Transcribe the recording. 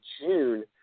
June